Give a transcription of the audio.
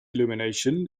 illumination